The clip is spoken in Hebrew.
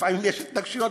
לפעמים יש התנגשויות,